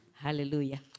Hallelujah